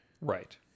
Right